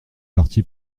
parti